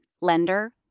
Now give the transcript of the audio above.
lender